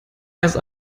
erst